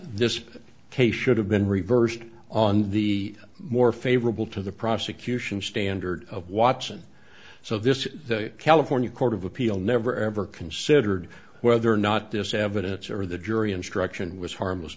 this case should have been reversed on the more favorable to the prosecution standard of watson so this is the california court of appeal never ever considered whether or not this evidence or the jury instruction was harmless